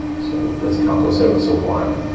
so let's count those out. so one,